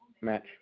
match